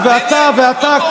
הרי את ואתה ואתה,